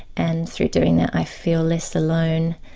and through doing that i feel less alone,